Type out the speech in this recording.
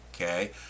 Okay